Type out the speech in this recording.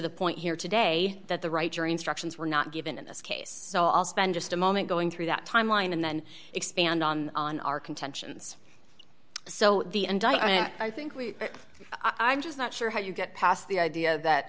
the point here today that the right jury instructions were not given in this case so i'll spend just a moment going through that timeline and then expand on on our contentions so the and i think we i i'm just not sure how you get past the idea that